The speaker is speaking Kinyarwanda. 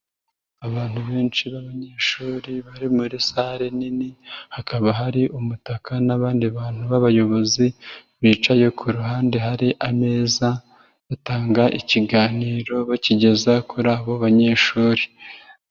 Abantu benshi b'abanyeshuri bari muri sare nini, hakaba hari umutaka n'abandi bantu b'abayobozi, bicaye ku ruhande hari ameza, batanga ikiganiro bakigeza kuri abo banyeshuri.